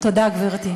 תודה, גברתי.